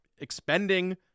expending –